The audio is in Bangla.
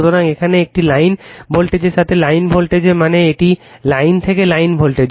সুতরাং এখানে এটি একটি লাইন ভোল্টেজের সাথে লাইন ভোল্টেজ মানে এটি লাইন থেকে লাইন ভোল্টেজ